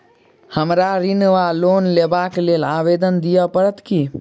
हमरा ऋण वा लोन लेबाक लेल आवेदन दिय पड़त की?